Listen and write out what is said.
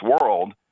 world